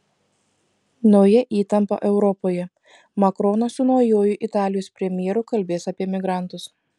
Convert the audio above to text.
nauja įtampa europoje makronas su naujuoju italijos premjeru kalbės apie migrantus